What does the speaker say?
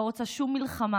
לא רוצה שום מלחמה